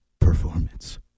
performance